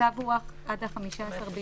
הצו שדיברנו עליו הוארך עד 15 ביולי.